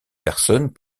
personnes